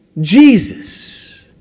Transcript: Jesus